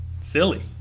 silly